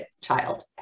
child